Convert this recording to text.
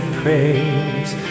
praise